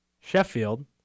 Sheffield